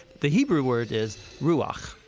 the hebrew word is ruakh.